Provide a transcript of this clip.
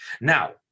Now